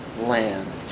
land